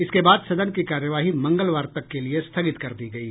इसके बाद सदन की कार्यवाही मंगलवार तक के लिए स्थगित कर दी गयी